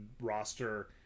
roster